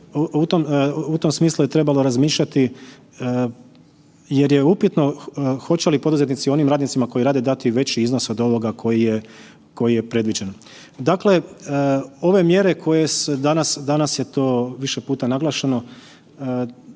u tom smislu je trebalo razmišljati jer je upitno hoće li poduzetnici onim radnicima koji rade dati veći iznos od ovoga koji je predviđen. Dakle, ove mjere koje se danas, danas je to više puta naglašeno